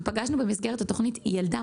בהקשר למה שאמרת,